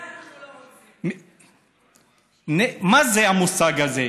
גם את זה אנחנו לא רוצים, מה זה המושג הזה?